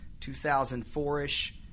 2004-ish